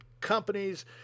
companies